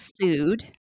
food